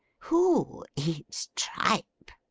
who eats tripe